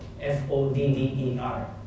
F-O-D-D-E-R